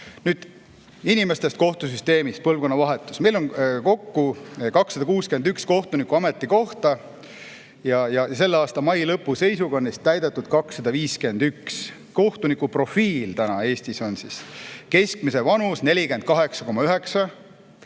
Nüüd inimestest kohtusüsteemis, ka põlvkonnavahetusest. Meil on kokku 261 kohtuniku ametikohta ja selle aasta mai lõpu seisuga on neist täidetud 251. Kohtuniku profiil on Eestis praegu selline: keskmine vanus 48,9, mehi